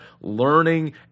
learning